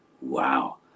wow